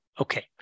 Okay